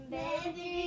baby